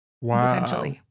Wow